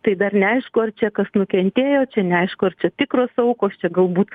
tai dar neaišku ar čia kas nukentėjo čia neaišku ar čia tikros aukos čia galbūt